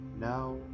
Now